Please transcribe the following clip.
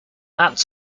apt